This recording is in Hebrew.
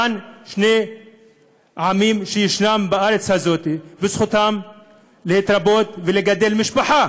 כאן שני העמים שישנם בארץ הזאת וזכותם להתרבות ולגדל משפחה,